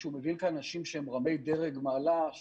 כשהוא מביא לכאן אנשים שהם רמי דרג ומעלה.